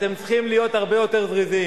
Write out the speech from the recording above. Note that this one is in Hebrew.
אתם צריכים להיות הרבה יותר זריזים.